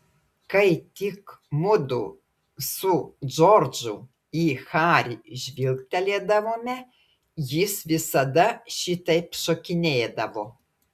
kai tik mudu su džordžu į harį žvilgtelėdavome jis visada šitaip šokinėdavo